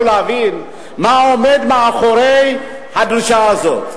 להבין מה עומד מאחורי הדרישה הזאת,